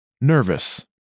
Nervous